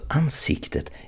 ansiktet